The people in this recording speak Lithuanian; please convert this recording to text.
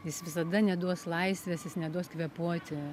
jis visada neduos laisvės jis neduos kvėpuoti